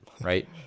right